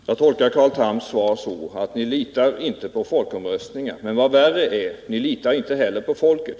Herr talman! Jag tolkar Carl Thams svar så, att ni inte litar på folkomröstning. Men vad värre är: ni litar inte heller på folket.